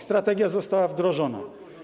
Strategia została wdrożona.